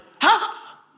ha